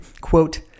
quote